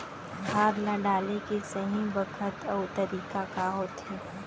खाद ल डाले के सही बखत अऊ तरीका का होथे?